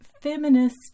feminist